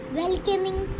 welcoming